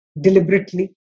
deliberately